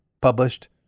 published